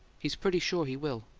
he's pretty sure he will.